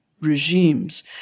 regimes